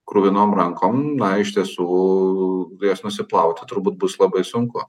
kruvinom rankom na iš tiesų jas nusiplauti turbūt bus labai sunku